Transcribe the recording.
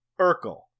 Urkel